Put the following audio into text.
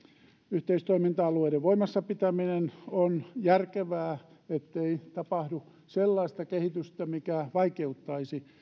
yhteistoiminta alueiden voimassa pitäminen on järkevää ettei tapahdu sellaista kehitystä mikä vaikeuttaisi